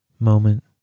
Moment